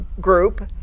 group